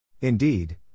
Indeed